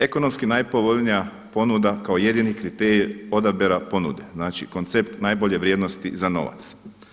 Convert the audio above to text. Ekonomski najpovoljnija ponuda kao jedini kriterij odabira ponude, znači koncept najbolje vrijednosti za novac.